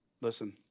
Listen